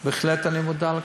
אני בהחלט מודע לכך,